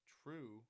true